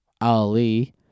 Ali